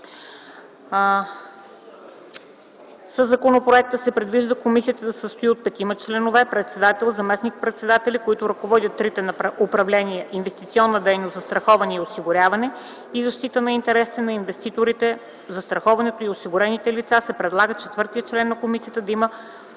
Със законопроекта се предвижда комисията да се състои от петима членове – председател, заместник-председатели, които ръководят трите управления – „Инвестиционна дейност”, „Застраховане” и „Осигуряване” и защита интересите на инвеститорите, застрахованите и осигурените лица се предлага четвъртият член на комисията да има